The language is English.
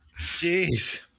Jeez